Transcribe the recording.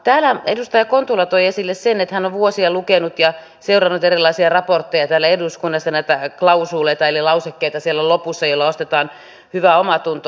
täällä edustaja kontula toi esille sen että hän on vuosia lukenut ja seurannut erilaisia raportteja täällä eduskunnassa näitä klausuuleita eli lausekkeita siellä lopussa joilla ostetaan hyvä omatunto